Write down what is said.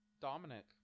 Dominic